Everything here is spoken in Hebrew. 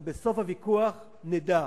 אבל בסוף הוויכוח נדע: